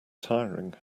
tiring